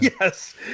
yes